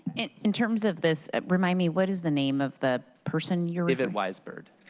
and in terms of this, remind me, what is the name of the person here? david wiseburg.